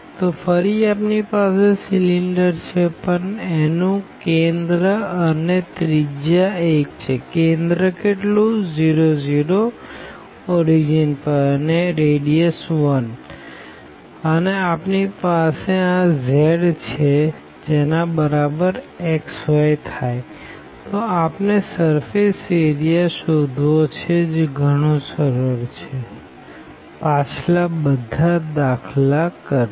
તો ફરી આપની પાસે સીલીન્ડર છે પણ એનું કેન્દ્ર 0 0અને રેડીઅસ 1 છે અને આપણી પાસે આ zછે જેના બરાબર x yથાય તો આપણને સર્ફેસ એરિયા શોધવો છે જે ગણું સરળ છે પાછલા બધા દાખલા કરતા